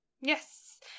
Yes